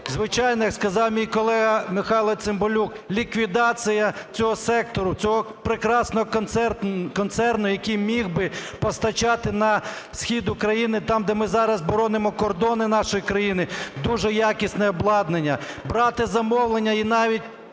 звичайно, як сказав мій колега Михайло Цимбалюк, ліквідація цього сектору, цього прекрасного концерну, який міг би постачати на схід України, там, де ми зараз боронимо кордони нашої країни, дуже якісне обладнання, брати замовлення і навіть